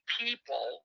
people